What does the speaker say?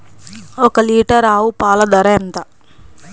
ఒక్క లీటర్ ఆవు పాల ధర ఎంత?